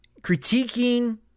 critiquing